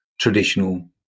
traditional